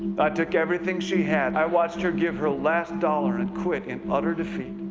but took everything she had. i watched her give her last dollar and quit in utter defeat.